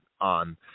on